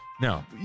no